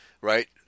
right